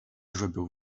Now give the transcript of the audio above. grzebią